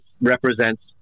represents